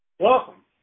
Welcome